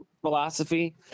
philosophy